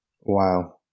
Wow